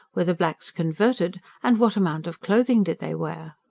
were the blacks converted, and what amount of clothing did they wear?